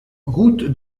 route